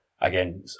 again